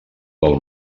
del